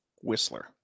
Whistler